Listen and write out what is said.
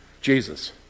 jesus